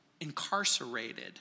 incarcerated